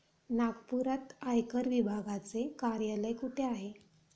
नागपुरात आयकर विभागाचे कार्यालय कुठे आहे?